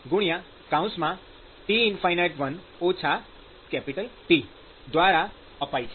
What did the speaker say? દ્વ્રારા અપાય છે